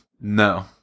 No